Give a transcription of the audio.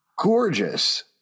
Gorgeous